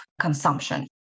consumption